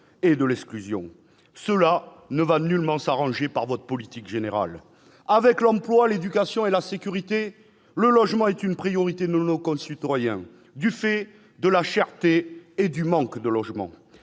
et de l'exclusion. Cela ne va nullement s'arranger avec votre politique générale. Avec l'emploi, l'éducation et la sécurité, le logement est une priorité de nos concitoyens, du fait de la cherté et du manque de logement.